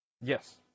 Yes